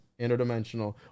interdimensional